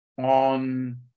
on